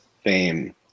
fame